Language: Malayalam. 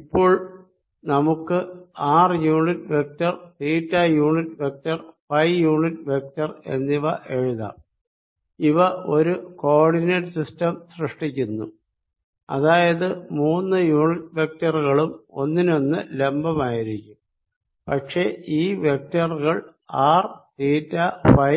അപ്പോൾ നമുക്ക് R unit vector theta unit vector phi unit vector എന്നിവ എഴുതാം ഇവ ഒരു കോ ഓർഡിനേറ്റ് സിസ്റ്റം സൃഷ്ടിക്കുന്നു അതായത് മൂന്നു യൂണിറ്റ് വെക്റ്ററുകളും ഒന്നിനൊന്ന് ലംബമായിരിക്കും പക്ഷെ ഈ വെക്റ്ററുകൾ ആർ തീറ്റഫൈ